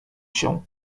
się